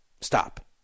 stop